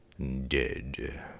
dead